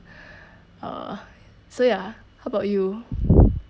uh so ya how about you